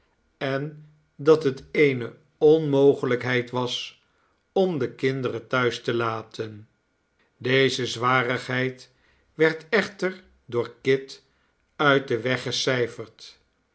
en dat het eene onmogelijkheid was om de kinderen thuis te laten deze zwarigheid werd echter door kit uit den weg